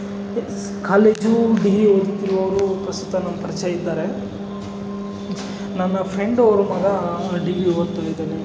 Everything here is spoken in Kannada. ಕಾಲೇಜು ಡಿಗ್ರಿ ಓದುತ್ತಿರುವವರು ಪ್ರಸ್ತುತ ಪರಿಚಯ ಇದ್ದಾರ ನನ್ನ ಫ್ರೆಂಡ್ ಅವರು ಮಗ ಡಿಗ್ರಿ ಓದ್ತಿದ್ದಾನೆ